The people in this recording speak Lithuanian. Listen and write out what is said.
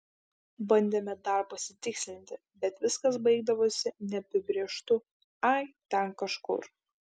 bandėme dar pasitikslinti bet viskas baigdavosi neapibrėžtu ai ten kažkur